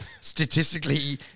statistically